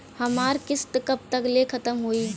हमार किस्त कब ले खतम होई?